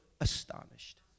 astonished